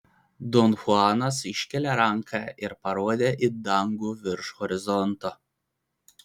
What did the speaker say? don chuanas iškėlė ranką ir parodė į dangų virš horizonto